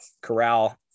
Corral